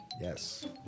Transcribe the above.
Yes